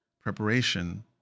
Preparation